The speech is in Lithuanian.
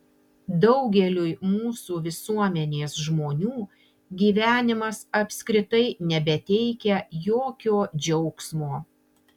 daugeliui mūsų visuomenės žmonių gyvenimas apskritai nebeteikia jokio džiaugsmo